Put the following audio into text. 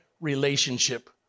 relationship